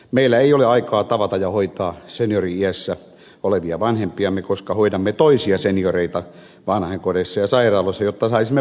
meillä ei ole aikaa tavata ja hoitaa seniori iässä olevia vanhempiamme koska hoidamme toisia senioreita vanhainkodeissa ja sairaaloissa jotta saisimme palkkaa